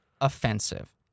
offensive